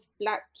black